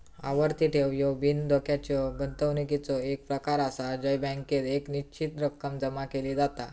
आवर्ती ठेव ह्यो बिनधोक्याच्या गुंतवणुकीचो एक प्रकार आसा जय बँकेत एक निश्चित रक्कम जमा केली जाता